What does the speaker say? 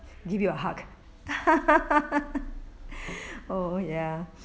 give you a hug oh ya